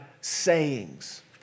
sayings